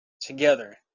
together